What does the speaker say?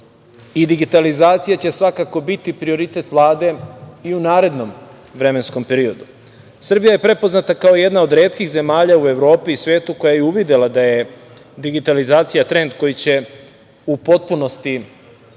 i digitalizacija će svakako biti prioritet Vlade i u narednom vremenskom periodu. Srbija je prepoznata kao jedna od retkih zemalja u Evropi i svetu, koja je uvidela da je digitalizacija trend koji će u potpunosti,